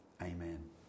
amen